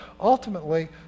ultimately